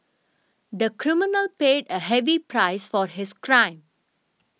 the criminal paid a heavy price for his crime